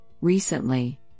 recently